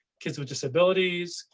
kids with disabilities,